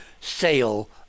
sale